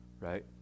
right